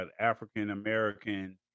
African-American